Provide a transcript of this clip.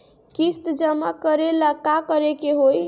किस्त जमा करे ला का करे के होई?